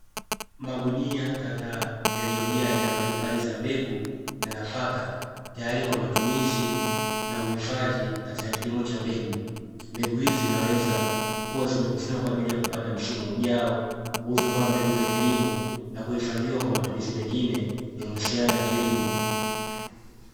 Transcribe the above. Magunia kadhaa yaliyojaa aina mbalimbali za mbegu na nafaka tayari kwa matumizi na uhifadhi katika kilimo cha mbegu. Mbegu hizi zinaweza kuwa zimekusanywa kwa ajili ya kupanda msimu ujao, kuuzwa kama mbegu za kilimo na kuhifadhiwa kwa matumizi mengine yanayohusiana na kilimo.